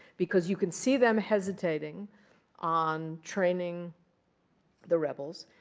because you can see them hesitating on training the rebels.